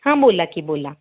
हां बोला की बोला